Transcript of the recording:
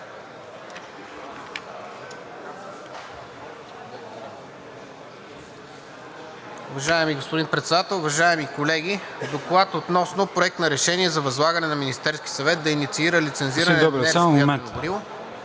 Уважаеми господин Председател, уважаеми колеги! „ДОКЛАД относно Проект на решение за възлагане на Министерския съвет да инициира лицензиране на неруско ядрено